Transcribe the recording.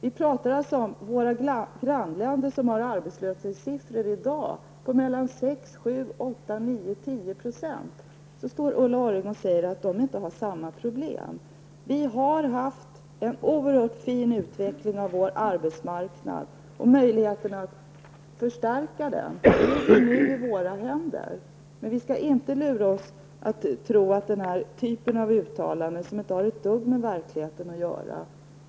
Vi pratar alltså om våra grannländer som i dag har arbetslöshetssiffror på 6, 7, 8, 9 eller 10 %. Ändå står Ulla Orring och säger att de inte har samma problem. Vi har haft en oerhört fin utveckling av vår arbetsmarknad och möjligheterna att förstärka den ligger i våra händer. Vi skall inte lura oss att tro på denna typ av uttalanden, som inte har ett dugg med verkligheten att göra.